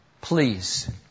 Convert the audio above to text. Please